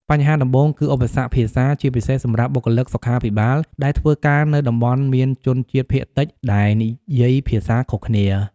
បញ្ហាដំបូងគឺឧបសគ្គភាសា ជាពិសេសសម្រាប់បុគ្គលិកសុខាភិបាលដែលធ្វើការនៅតំបន់មានជនជាតិភាគតិចដែលនិយាយភាសាខុសគ្នា។